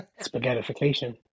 Spaghettification